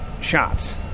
shots